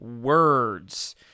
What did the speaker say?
words